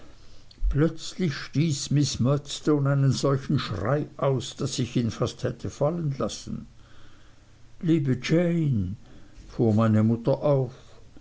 plötzlich stieß miß murdstone einen solchen schrei aus daß ich ihn fast hätte fallen lassen liebe jane fuhr meine mutter auf